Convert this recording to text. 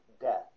death